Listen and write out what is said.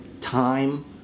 time